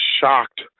shocked